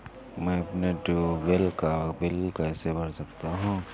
मैं अपने ट्यूबवेल का बिल कैसे भर सकता हूँ?